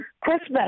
Christmas